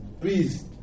Please